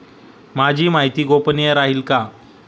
माझी माहिती गोपनीय राहील का?